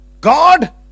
God